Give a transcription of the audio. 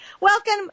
Welcome